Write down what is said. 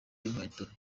inkweto